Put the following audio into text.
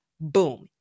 Boom